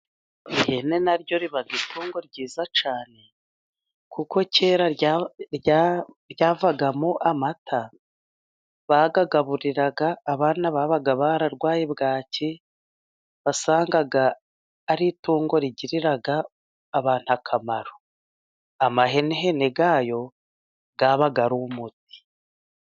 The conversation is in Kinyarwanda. Ihene naryo riba itungo ryiza cyane, kuko kera ryavagamo amata. Bayagaburiraga abana babaga bararwaye bwaki, wasangaga ari itungo rigirira abantu akamaro. Amahenehene yayo yabaga ari umuti.